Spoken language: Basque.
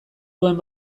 duen